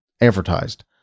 advertised